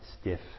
stiff